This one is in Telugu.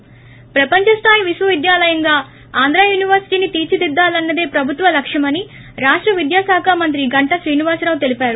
ి ప్రపంచస్తాయి విశ్వవిద్వాలయంగా ఆంధ్రాయూనివర్సిటీని తీర్పిదిద్దాలన్నదే ప్రభుత్వ లక్ష్యమని రాష్ట విద్యాశాఖ మంత్రి గంటా శ్రీనివాసరావు అన్నారు